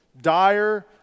dire